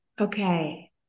okay